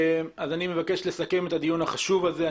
אני מבקש לסכם את הדיון החשוב הזה.